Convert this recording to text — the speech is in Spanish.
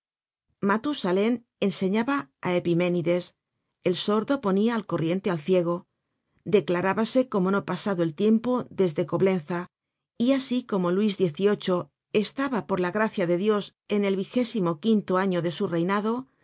matusalen enseñaba á epimenides el sordo ponia al corriente al ciego declarábase como no pasado el tiempo desde coblenza y asi como luis xviii estaba por la gracia de dios en el vigésimo quinto año de su reinado